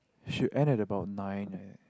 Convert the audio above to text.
should end at about nine